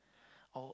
oh